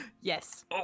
Yes